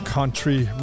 Country